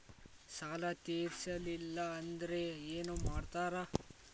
ಸಾಲ ತೇರಿಸಲಿಲ್ಲ ಅಂದ್ರೆ ಏನು ಮಾಡ್ತಾರಾ?